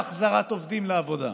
להחזרת עובדים לעבודה.